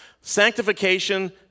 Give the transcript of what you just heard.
Sanctification